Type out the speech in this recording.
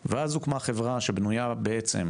ואז הוקמה החברה שבנויה בעצם,